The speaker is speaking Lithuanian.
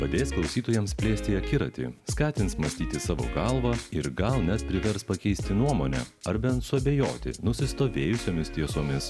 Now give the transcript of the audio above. padės klausytojams plėsti akiratį skatins mąstyti savo galva ir gal net privers pakeisti nuomonę ar bent suabejoti nusistovėjusiomis tiesomis